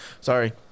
Sorry